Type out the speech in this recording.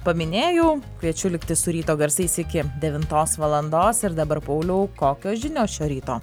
paminėjau kviečiu likti su ryto garsais iki devintos valandos ir dabar pauliau kokios žinios šio ryto